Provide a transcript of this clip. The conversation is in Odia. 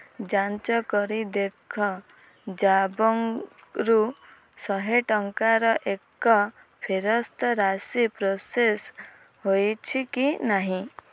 ଯାଞ୍ଚ କରି ଦେଖ ଜାବଙ୍ଗରୁ ଶହେ ଟଙ୍କାର ଏକ ଫେରସ୍ତ ରାଶି ପ୍ରୋସେସ୍ ହୋଇଛି କି ନାହିଁ